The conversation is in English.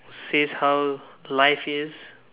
says how life is